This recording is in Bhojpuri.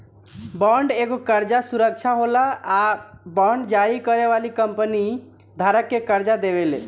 बॉन्ड एगो कर्जा सुरक्षा होला आ बांड जारी करे वाली कंपनी धारक के कर्जा देवेले